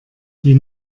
die